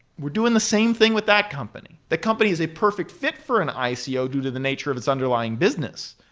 we're doing the same thing with that company. that company is a perfect fit for an ico due to the nature of its underlying business,